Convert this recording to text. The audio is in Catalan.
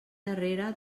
darrere